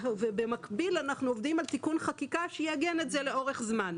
ובמקביל אנחנו עובדים על תיקון חקיקה שיעגן את זה לאורך זמן.